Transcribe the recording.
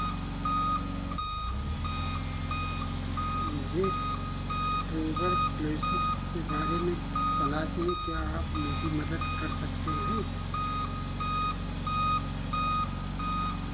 मुझे ट्यूबरक्लोसी के बारे में सलाह चाहिए क्या आप मेरी मदद कर सकते हैं